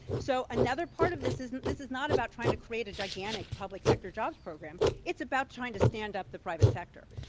so another part of this is this is not about trying to create a gigantic public sector jobs program. it's about trying to stand up the private sector.